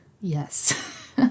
Yes